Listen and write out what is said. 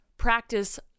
practice